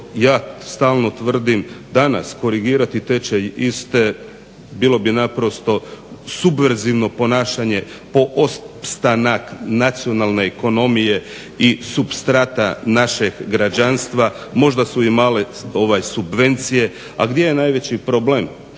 ja stalno tvrdim, danas korigirati tečaj iste bilo bi naprosto subverzrivno ponašanje po opstanak nacionalne ekonomije i supstrata našeg građanstva, možda su i male subvencije, a gdje je najveći problem